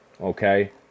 Okay